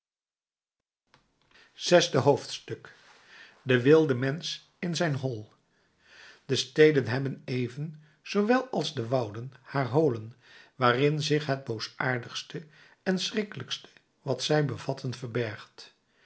zesde hoofdstuk de wilde mensch in zijn hol de steden hebben even zoowel als de wouden haar holen waarin zich het boosaardigste en schrikkelijkste wat zij bevatten verbergt